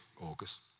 August